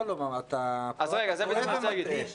אתה טועה ומטעה.